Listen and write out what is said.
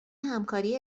همکاری